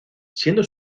siendo